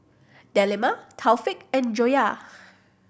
Delima Taufik and Joyah